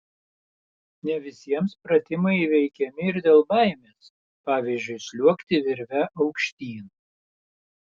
ne visiems pratimai įveikiami ir dėl baimės pavyzdžiui sliuogti virve aukštyn